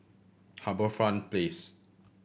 HarbourFront Place